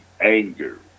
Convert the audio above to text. anger